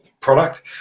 product